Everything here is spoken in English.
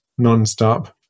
nonstop